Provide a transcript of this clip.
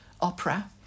opera